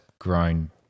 grown